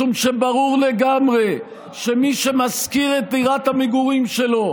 משום שברור לגמרי שמי שמשכיר את דירת המגורים שלו